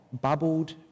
bubbled